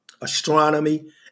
astronomy